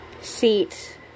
Seat